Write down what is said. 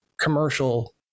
commercial